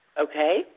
Okay